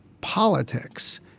politics